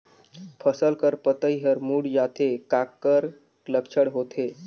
फसल कर पतइ हर मुड़ जाथे काकर लक्षण होथे?